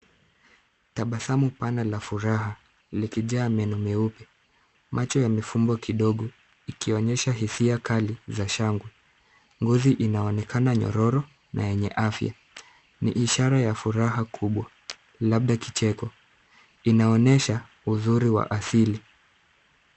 Tabasamu pana la furaha likijaa meno meupe. Macho yamefumbwa kidogo ikionyesha hisia kali za shangwe. Ngozi inaonekana nyororo na yenye afya, ni ishara ya furaha kubwa labda kicheko. Inaonyesha uzuri wa asili.